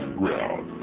ground